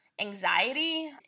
anxiety